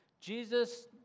Jesus